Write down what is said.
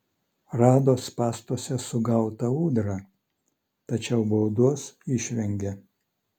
rado spąstuose sugautą ūdrą tačiau baudos išvengė